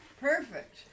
perfect